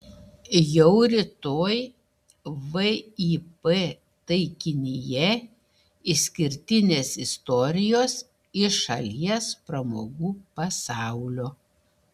jau rytoj vip taikinyje išskirtinės istorijos iš šalies pramogų pasaulio